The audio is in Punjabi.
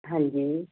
ਹਾਂਜੀ